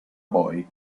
boy